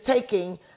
taking